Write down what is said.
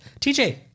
TJ